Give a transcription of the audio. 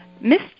miss